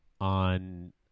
on